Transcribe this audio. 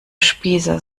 spießer